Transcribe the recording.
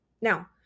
Now